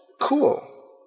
Cool